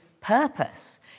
purpose